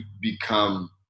become